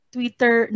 Twitter